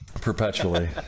Perpetually